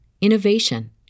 innovation